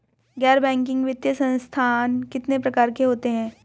गैर बैंकिंग वित्तीय संस्थान कितने प्रकार के होते हैं?